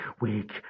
weak